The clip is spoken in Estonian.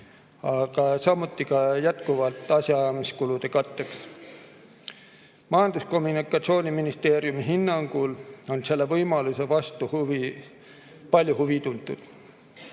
aga samuti jätkuvalt asjaajamiskulude katteks. Majandus- ja Kommunikatsiooniministeeriumi hinnangul on selle võimaluse vastu palju huvi tuntud.